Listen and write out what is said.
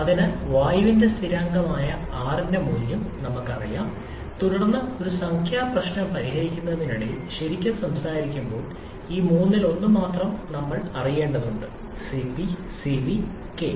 അതിനാൽ വായുവിന്റെ സ്ഥിരമായ R ന്റെ മൂല്യം നമുക്കറിയാം തുടർന്ന് ഒരു സംഖ്യാ പ്രശ്നം പരിഹരിക്കുന്നതിനിടയിൽ ശരിക്കും സംസാരിക്കുമ്പോൾ ഈ മൂന്നിൽ ഒന്ന് മാത്രം നമ്മൾ അറിയേണ്ടതുണ്ട് Cp Cv K